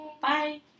Bye